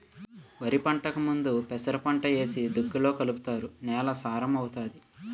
వరిపంటకు ముందు పెసరపంట ఏసి దుక్కిలో కలుపుతారు నేల సారం అవుతాది